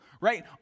right